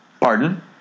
pardon